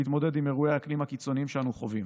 להתמודד עם אירועי האקלים הקיצוניים שאנו חווים.